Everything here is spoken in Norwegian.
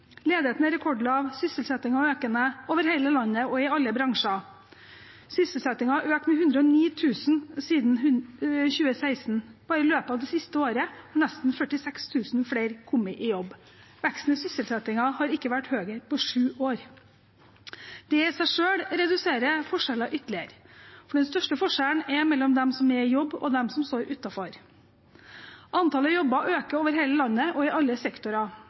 Ledigheten er rekordlav, sysselsettingen er økende over hele landet og i alle bransjer. Sysselsettingen har økt med 109 000 siden 2016. Bare i løpet av det siste året har nesten 46 000 flere kommet i jobb. Veksten i sysselsettingen har ikke vært høyere på sju år. Det i seg selv reduserer forskjeller ytterligere, for den største forskjellen er mellom dem som er i jobb, og dem som står utenfor. Antallet jobber øker over hele landet og i alle sektorer.